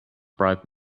bribe